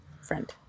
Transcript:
friend